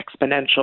exponential